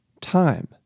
time